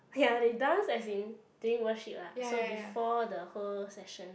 ya they dance as in during worship lah so before the whole session